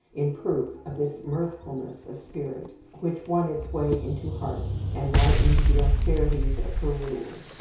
in proof of this mirthfulness of spirit, which won its way into hearts, and lightened the austerities of her rule.